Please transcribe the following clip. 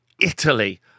Italy